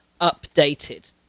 updated